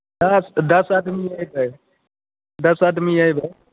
दस दस अदमी अयबै दस अदमी अयबै